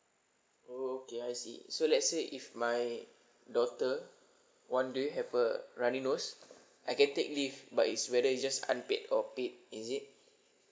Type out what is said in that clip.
oh okay I see so let's say if my daughter one day have a runny nose I can take leave but it's whether it's just unpaid or paid is it